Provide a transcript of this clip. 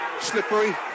Slippery